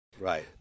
Right